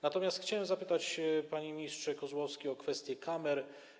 Natomiast chciałem zapytać, panie ministrze Kozłowski, o kwestię kamer.